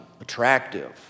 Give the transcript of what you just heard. attractive